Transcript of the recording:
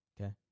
Okay